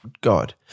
God